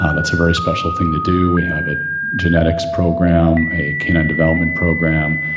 ah that's a very special thing to do. we have a genetics program, a canine development program,